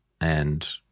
And-